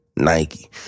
Nike